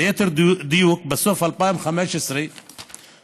ליתר דיוק, בסוף 2015 כ-33